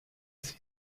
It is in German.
sea